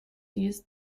used